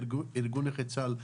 ארגון נכי צה"ל,